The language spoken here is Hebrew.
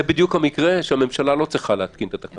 זה בדיוק המקרה שהממשלה לא צריכה להתקין את התקנות.